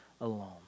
alone